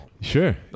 Sure